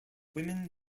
women